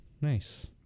Nice